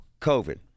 COVID